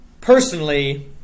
personally